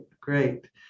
great